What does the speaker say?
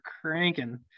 cranking